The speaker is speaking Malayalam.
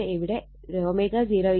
ഇവിടെ ω0 2π f0 ആണ്